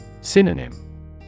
Synonym